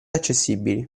accessibili